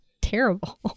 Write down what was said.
terrible